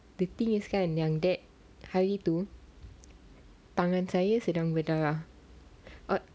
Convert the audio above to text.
the thing is kan yang that hari itu tangan sedang berdarah uh